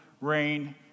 rain